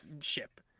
ship